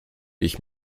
ich